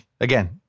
Again